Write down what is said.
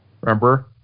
Remember